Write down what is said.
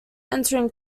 entering